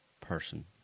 person